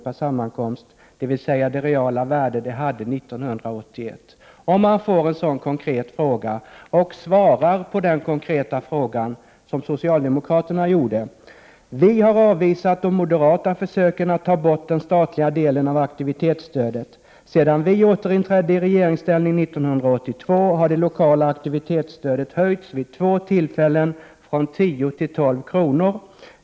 per sammankomst, dvs. till det reala värde stödet hade 1981: Vi har avvisat de moderata försöken att ta bort en del av aktivitetsstödet. Sedan vi återinträdde i regeringsställning 1982 har det lokala aktivitetsstödet höjts vid två tillfällen från 10 till 12 kr.